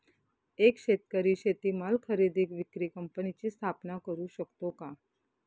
एक शेतकरी शेतीमाल खरेदी विक्री कंपनीची स्थापना करु शकतो का?